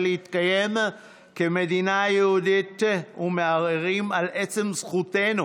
להתקיים כמדינה יהודית ומערערים על עצם זכותנו,